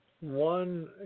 one